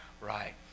right